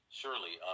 surely